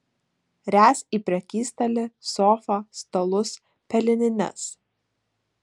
ręs į prekystalį sofą stalus pelenines